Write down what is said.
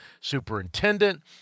superintendent